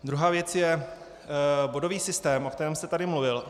Druhá věc je bodový systém, o kterém jste tady mluvil.